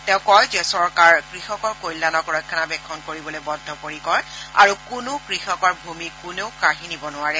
তেওঁ কয় যে চৰকাৰ কৃষকৰ কল্যাণক ৰক্ষণাবেক্ষণ কৰিবলৈ বদ্ধপৰিকৰ আৰু কোনো কৃষকৰ ভূমি কোনোৱে কাঢ়ি নিব নোৱাৰে